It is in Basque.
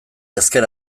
ezker